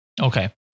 Okay